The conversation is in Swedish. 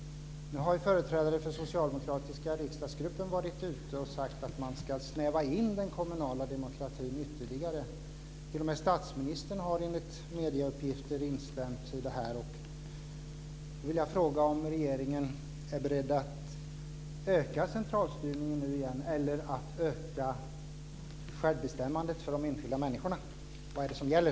Nu har företrädare för den socialdemokratiska riksdagsgruppen varit ute och sagt att man ska snäva in den kommunala demokratin ytterligare. T.o.m. statsministern har enligt medieuppgifter instämt i det här. Då vill jag fråga om regeringen är beredd att öka centralstyrningen nu igen eller att öka självbestämmandet för de enskilda människorna. Vad är det som gäller?